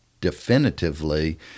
definitively